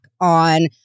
on